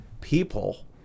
people